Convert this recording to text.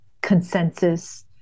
consensus